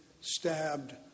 stabbed